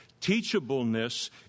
teachableness